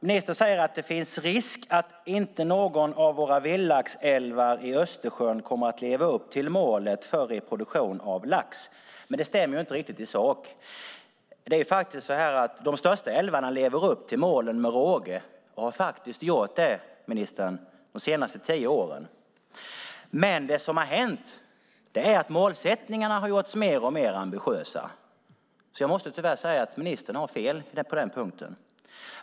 Ministern säger att det finns risk att inte någon av våra vildlaxälvar i Östersjön kommer att leva upp till målet för reproduktion av lax. Det stämmer dock inte riktigt i sak. De största älvarna lever upp till målen med råge och har gjort det de senaste tio åren, ministern. Det som har hänt är att målsättningarna har gjorts mer och mer ambitiösa. Jag måste därför tyvärr säga att ministern har fel på denna punkt.